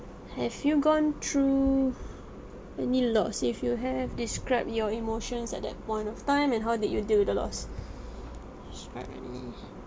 have you gone through any loss if you have describe your emotions at that point of time and how did you deal with the loss describe any